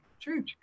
True